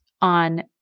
on